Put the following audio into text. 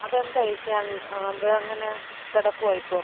അതെന്താണ് അത് അങ്ങനെ കിടക്കുവാണ് ഇപ്പം